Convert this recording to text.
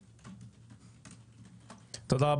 תודה.